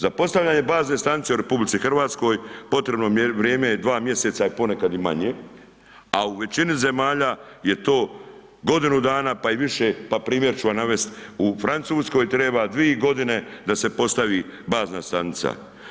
Za postavljanje bazne stanice u RH potrebno vrijeme je 2 mjeseca, a ponekad i manje a u većini zemalja je to godinu dana pa i više, pa primjer ću vam navesti u Francuskoj treba 2 godine da se postavi bazna stanica.